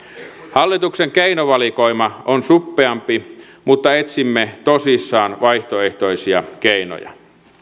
hallituksen keinovalikoima on suppeampi mutta etsimme tosissamme vaihtoehtoisia keinoja